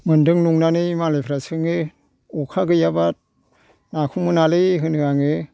मोनदों नंनानै मालायफ्रा सोङो अखा गैयाबा नाखौ मोनालै होनो आङो